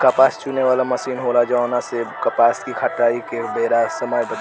कपास चुने वाला मशीन होला जवना से कपास के कटाई के बेरा समय बचेला